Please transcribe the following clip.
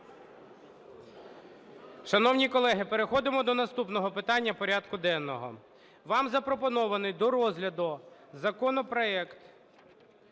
Шановні колеги, переходимо до наступного питання порядку денного. Вам запропонований до розгляду законопроект